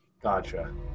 Gotcha